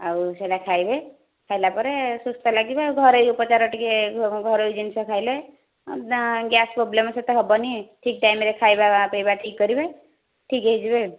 ଆଉ ସେଟା ଖାଇବେ ଖାଇଲା ପରେ ସୁସ୍ଥ ଲାଗିବ ଆଉ ଘରୋଇ ଉପଚାର ଟିକେ ଘ ଘରୋଇ ଜିନିଷ ଖାଇଲେ ନା ଗ୍ୟାସ ପ୍ରୋବ୍ଲେମ ସେତେ ହେବନି ଠିକ ଟାଇମ୍ରେ ଖାଇବା ପିଇବା ଠିକ କରିବେ ଠିକ ହୋଇଯିବେ